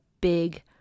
big